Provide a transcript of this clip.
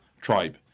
Tribe